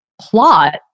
plot